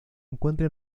encuentra